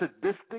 sadistic